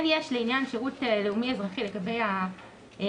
כן יש לעניין שירות לאומי-אזרחי לגבי החרדים,